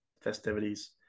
festivities